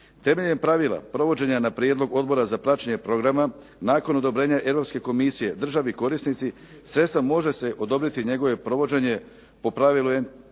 Temeljem pravila provođenja na prijedlog Odbora za praćenje programa nakon odobrenja Europske komisije državi korisnici cesta može se odobriti njegovo provođenje po pravila ...